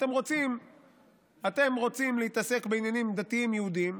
אתם רוצים להתעסק בעניינים דתיים יהודיים,